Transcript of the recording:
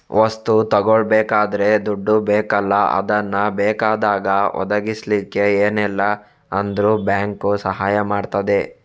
ವಸ್ತು ತಗೊಳ್ಬೇಕಾದ್ರೆ ದುಡ್ಡು ಬೇಕಲ್ಲ ಅದನ್ನ ಬೇಕಾದಾಗ ಒದಗಿಸಲಿಕ್ಕೆ ಏನಿಲ್ಲ ಅಂದ್ರೂ ಬ್ಯಾಂಕು ಸಹಾಯ ಮಾಡ್ತದೆ